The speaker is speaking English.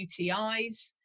UTIs